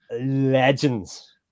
legends